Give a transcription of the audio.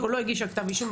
או לא הגישה כתב אישום,